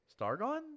Stargon